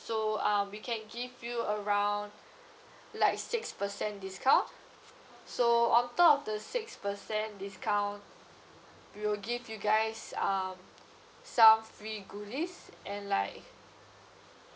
so uh we can give you around like six percent discount so on top of the six percent discount we will give you guys um some free goodies and like